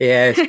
Yes